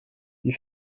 wie